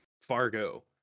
Fargo